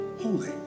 holy